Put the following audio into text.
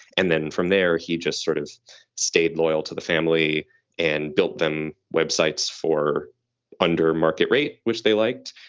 and then from there, he just sort of stayed loyal to the family and built them web sites for under market rate, which they liked.